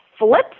Flip